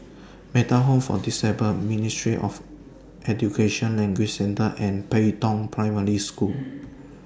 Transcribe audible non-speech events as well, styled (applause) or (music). Metta Home For The Disabled Ministry of Education Language Centre and Pei Tong Primary School (noise)